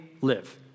live